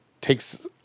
takes